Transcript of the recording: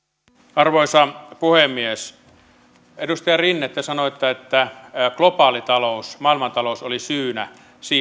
arvoisa puhemies edustaja rinne te sanoitte että globaalitalous maailmantalous oli syynä